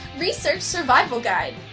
research survival guide,